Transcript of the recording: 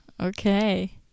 okay